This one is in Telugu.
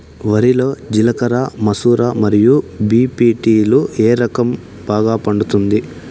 వరి లో జిలకర మసూర మరియు బీ.పీ.టీ లు ఏ రకం బాగా పండుతుంది